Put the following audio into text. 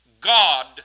God